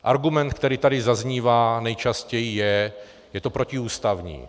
Argument, který tady zaznívá nejčastěji, je: je to protiústavní.